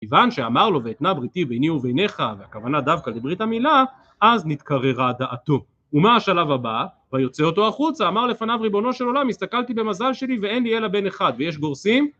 כיוון שאמר לו ואתנה בריתי ביני וביניך והכוונה דווקא לברית המילה, אז נתקררה דעתו, ומה השלב הבא, ויוצא אותו החוצה, אמר לפניו ריבונו של עולם הסתכלתי במזל שלי ואין לי אלא בן אחד ויש גורסים